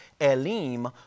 Elim